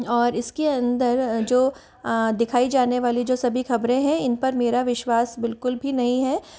और इस के अंदर जो दिखाई जाने वाली जो सभी ख़बरें हैं इन पर मेरा विश्वास बिल्कुल भी नहीं है